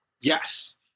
yes